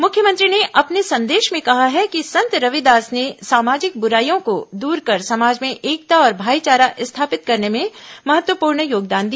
मुख्यमंत्री ने अपने संदेश में कहा है कि संत रविदास ने सामाजिक बुराईयों को दूर कर समाज में एकता और भाईचारा स्थापित करने में महत्वपूर्ण योगदान दिया